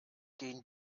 gehen